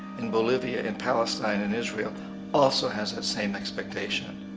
in bolivia in palestine, in israel also has that same expectation.